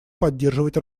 поддерживать